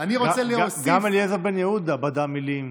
גם אליעזר בן יהודה בדה מילים